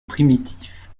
primitif